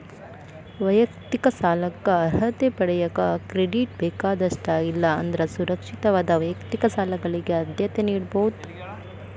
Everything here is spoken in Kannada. ವೈಯಕ್ತಿಕ ಸಾಲಕ್ಕ ಅರ್ಹತೆ ಪಡೆಯಕ ಕ್ರೆಡಿಟ್ ಬೇಕಾದಷ್ಟ ಇಲ್ಲಾ ಅಂದ್ರ ಸುರಕ್ಷಿತವಾದ ವೈಯಕ್ತಿಕ ಸಾಲಗಳಿಗೆ ಆದ್ಯತೆ ನೇಡಬೋದ್